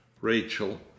rachel